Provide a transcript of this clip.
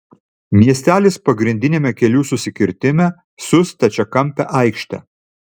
miestelis pagrindiniame kelių susikirtime su stačiakampe aikšte